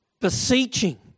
beseeching